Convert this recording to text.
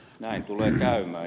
näin tulee käymään